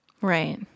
right